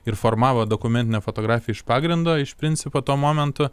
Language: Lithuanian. ir formavo dokumentinę fotografiją iš pagrindo iš principo tuo momentu